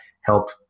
help